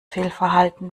fehlverhalten